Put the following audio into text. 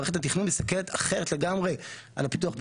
מערכת התכנון מסתכלת אחרת לגמרי על הפיתוח בישראל.